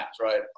right